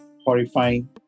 horrifying